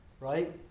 Right